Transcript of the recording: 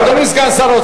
אדוני סגן השר,